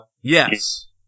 Yes